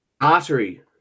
artery